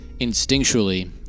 instinctually